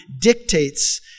dictates